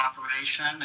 operation